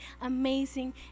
amazing